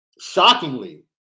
shockingly